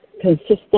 consistent